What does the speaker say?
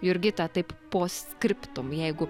jurgita taip post scriptum jeigu